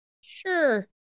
sure